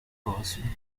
crossing